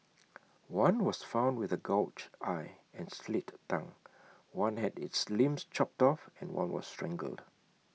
one was found with A gouged eye and slit tongue one had its limbs chopped off and one was strangled